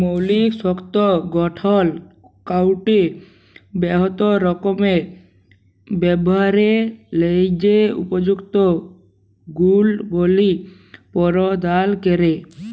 মৌলিক শক্ত গঠল কাঠকে বহুত রকমের ব্যাভারের ল্যাযে উপযুক্ত গুলবলি পরদাল ক্যরে